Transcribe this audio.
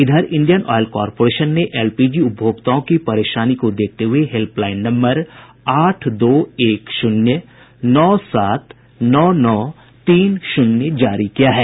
इधर Indian oil corporation ने LPG उपभोक्ताओं की परेशानी को देखते हुये हेल्पलाईन नम्बर आठ दो एक शून्य नौ सात नौ नौ तीन शून्य जारी किया है